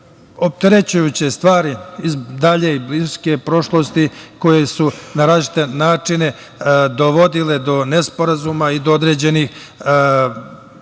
opterećujuće stvari iz dalje i bliže prošlosti koje su na različite načine dovodile do nesporazuma i do određenih vrsta